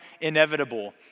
inevitable